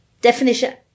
Definition